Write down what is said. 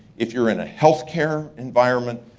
if you're in a healthcare environment,